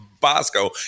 Bosco